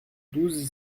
douze